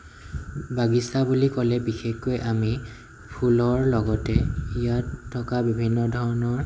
বাগিছা বুলি ক'লে বিশেষকৈ আমি ফুলৰ লগতে ইয়াত থকা বিভিন্ন ধৰণৰ